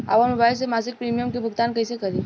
आपन मोबाइल से मसिक प्रिमियम के भुगतान कइसे करि?